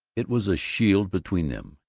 it was a shield between them.